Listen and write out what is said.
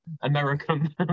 American